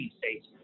states